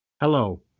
Hello